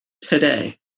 today